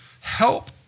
help